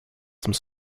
some